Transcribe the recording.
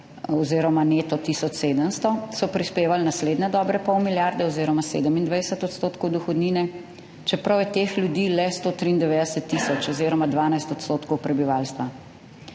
oziroma neto tisoč 700, so prispevali naslednje dobre pol milijarde oziroma 27 % dohodnine, čeprav je teh ljudi le 193 tisoč oziroma 12 % prebivalstva.